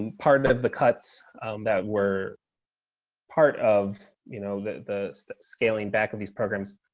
and part of the cuts that were part of you know the the scaling back of these programs.